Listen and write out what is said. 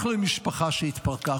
אח למשפחה שהתפרקה.